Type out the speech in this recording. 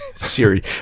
siri